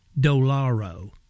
dolaro